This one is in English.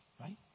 right